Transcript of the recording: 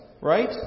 right